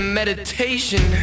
meditation